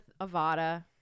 Avada